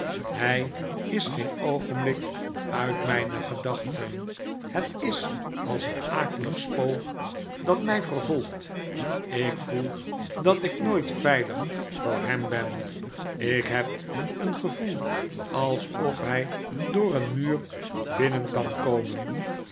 hy is geen oogenblik uit myne gedachten het is als een akelig spook dat my vervolgt ik voel dat ik nooit veilig voor hem ben ik heb een gevoel alsof hy door den muur binnen kan komen